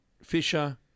Fisher